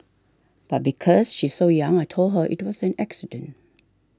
but because she's so young I told her it was an accident